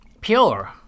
pure